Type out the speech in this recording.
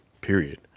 Period